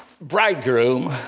bridegroom